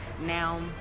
Now